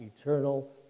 eternal